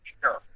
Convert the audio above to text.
Sure